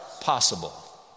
possible